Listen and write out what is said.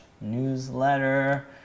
newsletter